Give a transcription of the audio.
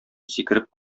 сикереп